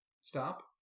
stop